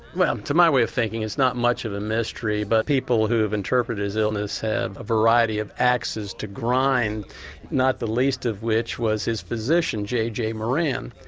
well to my way of thinking it's not much of a mystery but people who have interpreted his illness have a variety of axes to grind not the least of which was his physician j j moran.